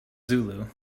zulu